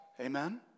Amen